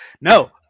no